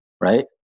right